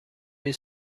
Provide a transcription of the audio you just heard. این